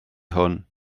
hwn